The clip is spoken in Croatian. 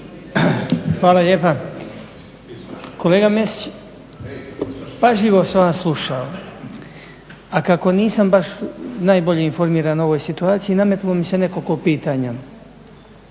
Hvala lijepa. Kolega Mesić, pažljivo sam vas slušao, a kako nisam baš najbolje informiran o ovoj informaciji nametnulo mi se nekoliko pitanja.